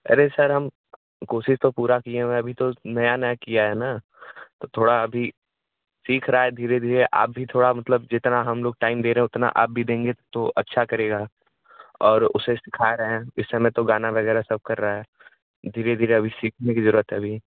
अरे सर हम कोशिश तो पूरा किए हुए है अभी तो नया नया किया है ना थोड़ा अभी सीख रहा है धीरे धीरे आप भी थोड़ा मतलब जितना हम लोग टाइम दे रहे हैं उतना आप भी देंगे तो अच्छा करेगा और उसे सिखा रहा है इस समय तो गाना बजाना कर रहा है धीरे धीरे अभी सीखने की ज़रूरत है अभी